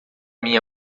minha